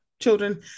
children